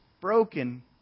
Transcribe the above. broken